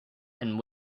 and